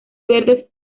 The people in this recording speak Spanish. verdes